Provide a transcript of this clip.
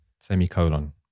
Semicolon